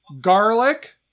garlic